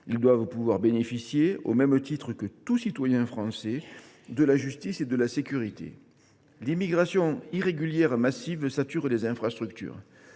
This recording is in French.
Ils doivent bénéficier, au même titre que tout citoyen français, de la justice et de la sécurité. Or l’immigration irrégulière massive sature les infrastructures